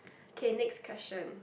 K next question